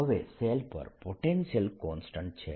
હવે શેલ પર potential constant છે